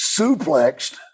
suplexed